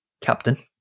captain